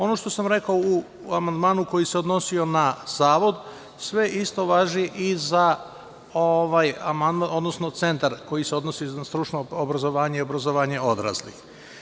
Ono što sam rekao u amandmanu koji se odnosio na Zavod, sve isto važi i za Centar koji se odnosi na stručno obrazovanje i obrazovanje odraslih.